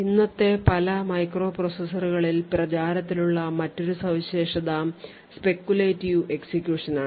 ഇന്നത്തെ പല മൈക്രോപ്രൊസസ്സറുകളിൽ പ്രചാരത്തിലുള്ള മറ്റൊരു സവിശേഷത speculative execution നാണ്